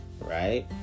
right